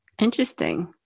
Interesting